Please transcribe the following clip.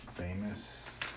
Famous